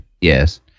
Yes